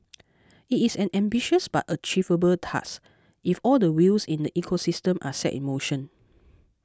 it is an ambitious but achievable task if all the wheels in the ecosystem are set in motion